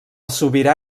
sobirà